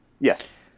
Yes